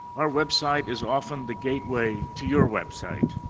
our website is often the gateway to your website.